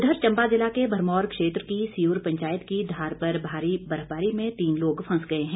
उधर चंबा जिला के भरमौर क्षेत्र की सियूर पंचायत की धार पर भारी बर्फबारी में तीन लोग फंस गए हैं